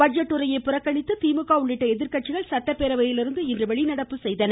budget உரையை புறக்கணித்து திமுக உள்ளிட்ட எதிர்கட்சிகள் சட்டப்பேரவையிலிருந்து இன்று வெளிநடப்பு செய்தன